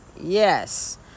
Yes